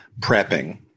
prepping